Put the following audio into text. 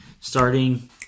starting